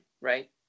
Right